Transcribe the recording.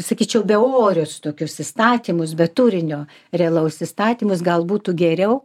sakyčiau beorius tokius įstatymus be turinio realaus įstatymus gal būtų geriau